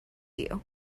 you